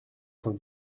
cent